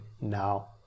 now